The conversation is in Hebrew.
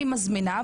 אני מזמינה,